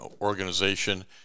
organization